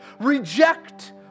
reject